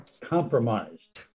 compromised